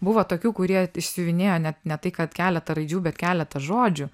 buvo tokių kurie išsiuvinėjo net ne tai kad keletą raidžių bet keletą žodžių